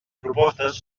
propostes